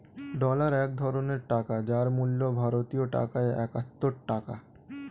dollar এক ধরনের টাকা যার মূল্য ভারতীয় টাকায় একাত্তর টাকা